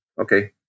okay